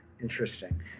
Interesting